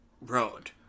road